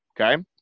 Okay